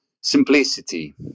simplicity